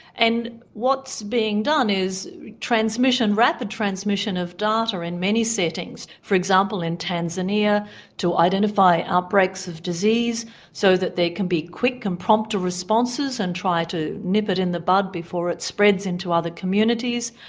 and what's being done is transmission, rapid transmission of data in many settings. for example in tanzania to identify outbreaks of disease so that there can be quick and prompter responses and try to nip it in the bud before it spreads into other communities,